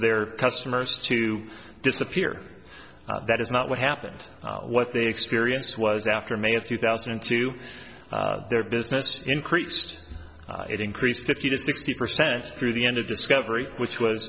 their customers to disappear that is not what happened what the experience was after may of two thousand and two their business increased it increased fifty to sixty percent through the end of discovery which was